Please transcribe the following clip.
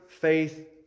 faith